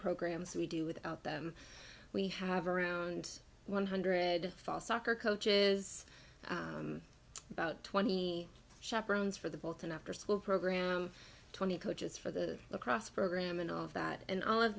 programs we do without them we have around one hundred soccer coaches about twenty chaperones for the bolton afterschool program twenty coaches for the lacrosse program and all of that and all of